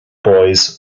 boys